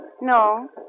No